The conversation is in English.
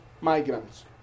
migrants